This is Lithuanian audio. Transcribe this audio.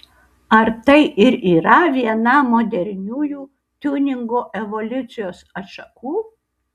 ar tai ir yra viena moderniųjų tiuningo evoliucijos atšakų